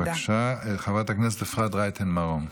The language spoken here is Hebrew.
בבקשה, חברת הכנסת אפרת רייטן מרום,